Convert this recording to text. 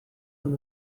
con